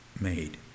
made